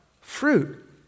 Fruit